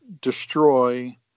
destroy